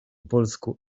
polsku